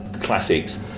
classics